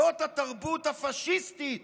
זאת התרבות הפשיסטית